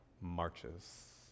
marches